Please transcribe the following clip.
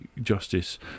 Justice